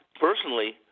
personally –